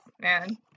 man